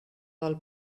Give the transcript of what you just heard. del